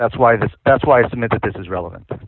that's why this that's why i submit that this is relevant